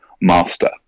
master